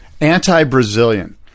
anti-Brazilian